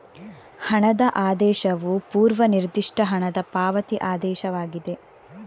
ಹಣದ ಆದೇಶವು ಪೂರ್ವ ನಿರ್ದಿಷ್ಟ ಹಣದ ಪಾವತಿ ಆದೇಶವಾಗಿದೆ